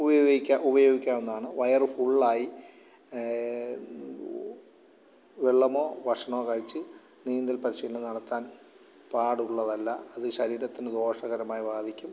ഉപയോഗിക്കാവുന്നതാണ് വയറ് ഫുള്ള് ആയി വെള്ളമോ ഭക്ഷണോ കഴിച്ച് നീന്തൽ പരിശീലനം നടത്താൻ പാടുള്ളതല്ല അത് ശരീരത്തിന് ദോഷകരമായി ബാധിക്കും